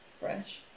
fresh